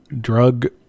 Drug